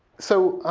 so,